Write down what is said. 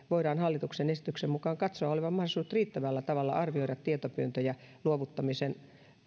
voidaan hallituksen esityksen mukaan katsoa olevan mahdollisuudet riittävällä tavalla arvioida tietopyyntöjä luovuttamisen